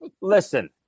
listen